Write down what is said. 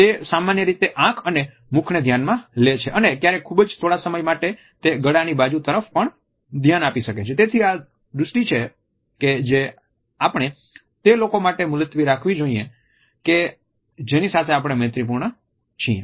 તે સામાન્ય રીતે આંખ અને મુખ ને ધ્યાનમાં લે છે અને ક્યારેક ખૂબ જ થોડા સમય માટે તે ગળાની બાજુ તરફ પણ ધ્યાન આપી શકે છે તેથી આ દૃષ્ટિ છે જે આપણે તે લોકો માટે મુલતવી રાખીએ છીએ કે જેની સાથે આપણે મૈત્રીપૂર્ણ છીએ